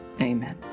Amen